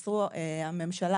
הממשלה,